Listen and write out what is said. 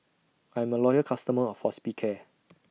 I'm A Loyal customer of Hospicare